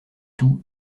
tout